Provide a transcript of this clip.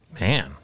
Man